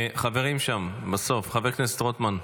חברים שם בסוף, חבר הכנסת רוטמן.